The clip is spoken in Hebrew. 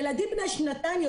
ילדים בני שנתיים,